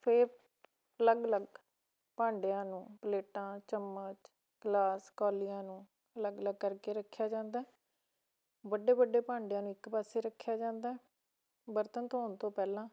ਫਿਰ ਅਲੱਗ ਅਲੱਗ ਭਾਂਡਿਆਂ ਨੂੰ ਪਲੇਟਾਂ ਚਮਚ ਗਲਾਸ ਕੌਲੀਆਂ ਨੂੰ ਅਲੱਗ ਅਲੱਗ ਕਰਕੇ ਰੱਖਿਆ ਜਾਂਦਾ ਵੱਡੇ ਵੱਡੇ ਭਾਂਡਿਆਂ ਨੂੰ ਇੱਕ ਪਾਸੇ ਰੱਖਿਆ ਜਾਂਦਾ ਬਰਤਨ ਧੋਣ ਤੋਂ ਪਹਿਲਾਂ